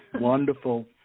Wonderful